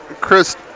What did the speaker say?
Chris